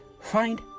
find